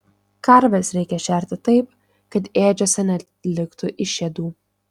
karves reikia šerti taip kad ėdžiose neliktų išėdų